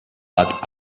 but